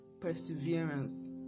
Perseverance